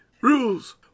rules